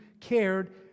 cared